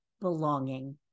belonging